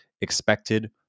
expected